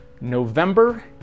November